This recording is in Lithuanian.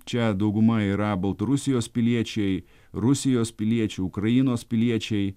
čia dauguma yra baltarusijos piliečiai rusijos piliečių ukrainos piliečiai